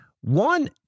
One